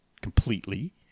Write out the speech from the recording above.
completely